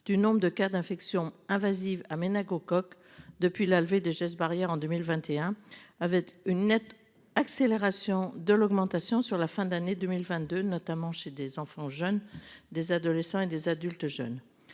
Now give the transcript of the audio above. du nombre de cas d'infections invasives à méningocoques depuis la levée des gestes barrières. En 2021, avec une nette accélération de l'augmentation sur la fin d'année 2022, notamment chez des enfants jeunes, des adolescents et des adultes jeunes